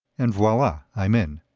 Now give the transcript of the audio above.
and voila, i'm in.